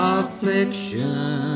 affliction